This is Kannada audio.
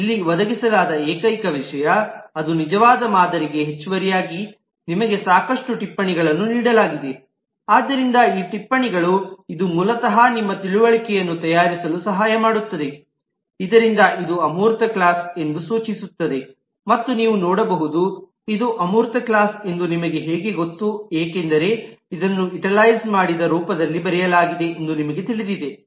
ಇಲ್ಲಿ ಒದಗಿಸಲಾದ ಏಕೈಕ ವಿಷಯ ಅದು ನಿಜವಾದ ಮಾದರಿಗೆ ಹೆಚ್ಚುವರಿಯಾಗಿ ನಿಮಗೆ ಸಾಕಷ್ಟು ಟಿಪ್ಪಣಿಗಳನ್ನು ನೀಡಲಾಗಿದೆ ಆದ್ದರಿಂದ ಈ ಟಿಪ್ಪಣಿಗಳು ಇದು ಮೂಲತಃ ನಿಮ್ಮ ತಿಳುವಳಿಕೆಯನ್ನು ತಯಾರಿಸಲು ಸಹಾಯ ಮಾಡುತ್ತದೆ ಇದರಿಂದಾಗಿ ಇದು ಅಮೂರ್ತ ಕ್ಲಾಸ್ ಎಂದು ಸೂಚಿಸುತ್ತದೆ ಮತ್ತು ನೀವು ನೋಡಬಹುದುಇದು ಅಮೂರ್ತ ಕ್ಲಾಸ್ ಎಂದು ನಿಮಗೆ ಹೇಗೆ ಗೊತ್ತು ಏಕೆಂದರೆ ಅದನ್ನು ಇಟಲೈಸ್ ಮಾಡಿದ ರೂಪದಲ್ಲಿ ಬರೆಯಲಾಗಿದೆ ಎಂದು ನಿಮಗೆ ತಿಳಿದಿದೆ